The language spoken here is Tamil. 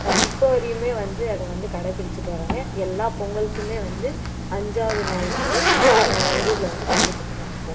இப்போ வரையுமே வந்து அதை வந்து கடைப்பிடிச்சுட்டு வராங்க எல்லா பொங்கலுக்குமே வந்து அஞ்சாவது நாள் வந்து எங்கள் ஊரில் வந்து ஜல்லிக்கட்டு நடக்கும்